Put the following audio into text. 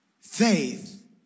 Faith